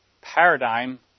paradigm